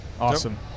Awesome